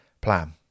plan